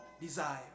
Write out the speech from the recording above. desire